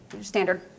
standard